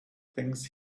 things